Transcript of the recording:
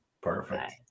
Perfect